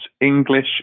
English